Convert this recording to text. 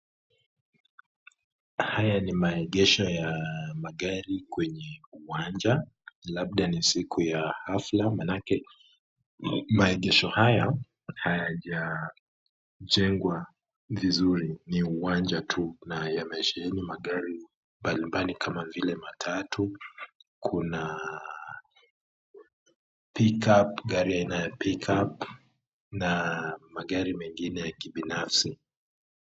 Haya ni maegesho ya magari kwenye uwanja, labda ni siku ya hafla manake maegesho haya hayajajengwa vizuri ni uwanja tu na yamesheheni magari mbalimbali kama vile matatu, Kuna Pickup , gari aina ya Pick up na magari mengine ya kibinafsi.